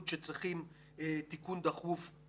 בהקשר הזה צריך לדבר עם החטיבה הטכנולוגית,